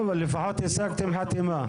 טוב, אבל לפחות השגתם חתימה.